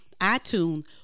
itunes